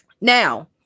Now